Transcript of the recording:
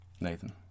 Nathan